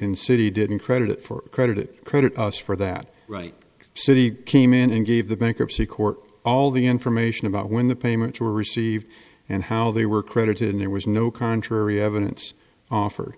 and city didn't credit for credit credit for that right so he came in and gave the bankruptcy court all the information about when the payments were received and how they were credited and there was no contrary evidence offered